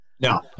No